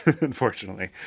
unfortunately